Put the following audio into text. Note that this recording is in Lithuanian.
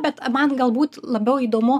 bet man galbūt labiau įdomu